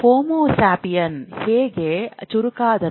Homo sapien ಹೇಗೆ ಚುರುಕಾದನು